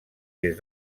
des